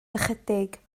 ychydig